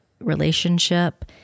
relationship